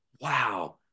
Wow